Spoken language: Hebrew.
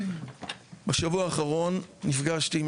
בשבוע האחרון נפגשתי עם